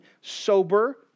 sober